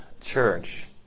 church